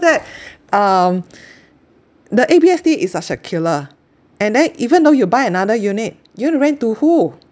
that um the A_B_S_D is a circular and then even though you buy another unit you want to rent to who